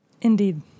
Indeed